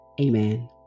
Amen